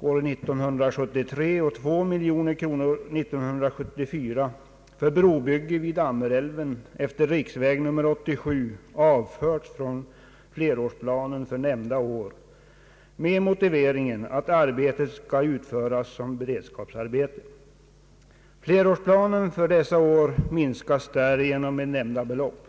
år 1973 och två miljoner kronor år 1974 för brobygge vid Ammerälven utefter riksväg 87 avförts från flerårsplanen för nämnda år med motivering att arbetena skall utföras som beredskapsarbeten. Flerårsplanen för dessa år minskas därmed med nämnda belopp.